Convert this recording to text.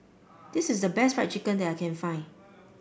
this is the best Fried Chicken that I can find